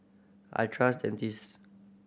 I trust Dentist